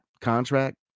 contract